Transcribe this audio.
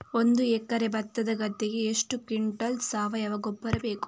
ಒಂದು ಎಕರೆ ಭತ್ತದ ಗದ್ದೆಗೆ ಎಷ್ಟು ಕ್ವಿಂಟಲ್ ಸಾವಯವ ಗೊಬ್ಬರ ಬೇಕು?